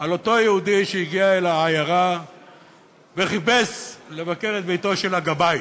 על אותו יהודי שהגיע אל העיירה וחיפש לבקר בביתו של הגבאי.